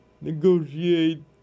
Negotiate